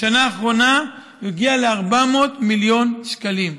בשנה האחרונה הוא הגיע ל-400 מיליון שקלים,